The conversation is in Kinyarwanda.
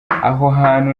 hantu